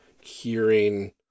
hearing